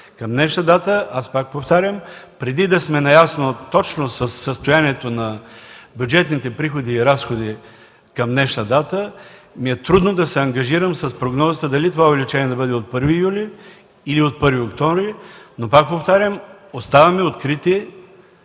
Република България. Пак повтарям, преди да сме наясно точно за състоянието на бюджетните приходи и разходи към днешна дата ми е трудно да се ангажирам с прогнозата дали това увеличение да бъде от 1 юли или от 1 октомври, но, пак повтарям, оставаме открити